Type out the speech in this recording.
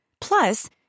Plus